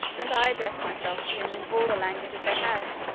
and i addressed myself to him in all the languages i had.